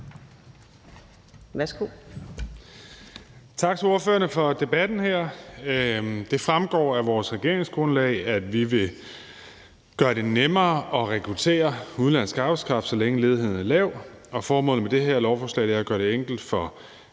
Tak til ordførerne for debatten her. Det fremgår af vores regeringsgrundlag, at vi vil gøre det nemmere at rekruttere udenlandsk arbejdskraft, så længe ledigheden er lav, og formålet med det her lovforslag er at gøre det enkelt for